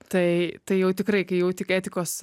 tai tai jau tikrai kai jau tik etikos